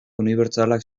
unibertsalak